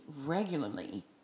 regularly